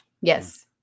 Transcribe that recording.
Yes